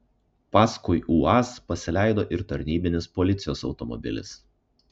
paskui uaz pasileido ir tarnybinis policijos automobilis